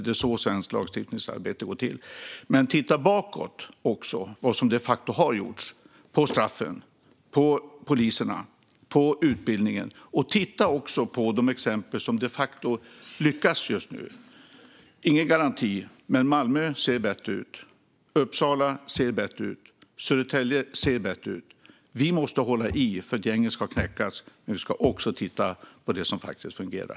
Det är så svenskt lagstiftningsarbete går till. Vi kan också titta bakåt, på vad som har gjorts när det gäller straffen, poliserna och utbildningen och på de exempel som de facto lyckas just nu. Det finns ingen garanti. Men det ser bättre ut i Malmö, det ser bättre ut i Uppsala och det ser bättre ut i Södertälje. Vi måste hålla i för att gängen ska knäckas. Men vi ska också titta på det som faktiskt fungerar.